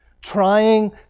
trying